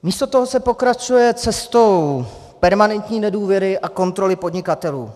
Místo toho se pokračuje cestou permanentní nedůvěry a kontroly podnikatelů.